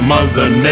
Mother